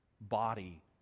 body